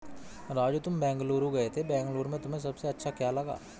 राजू तुम बेंगलुरु गए थे बेंगलुरु में तुम्हें सबसे अच्छा क्या लगा?